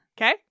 Okay